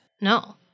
No